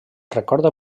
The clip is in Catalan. recorda